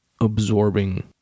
absorbing